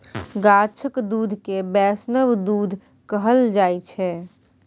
गाछक दुध केँ बैष्णव दुध कहल जाइ छै